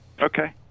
Okay